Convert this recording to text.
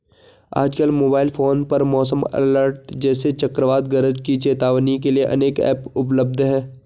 आजकल mobile phone पर मौसम अलर्ट जैसे चक्रवात गरज की चेतावनी के लिए अनेक ऐप उपलब्ध है